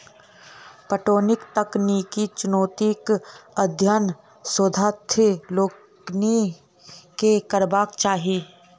पटौनीक तकनीकी चुनौतीक अध्ययन शोधार्थी लोकनि के करबाक चाही